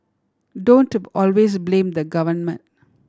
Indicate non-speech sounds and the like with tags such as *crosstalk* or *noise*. don't *unintelligible* always blame the government